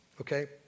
Okay